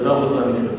ברוב המקרים.